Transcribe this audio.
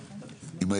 בצעם הלב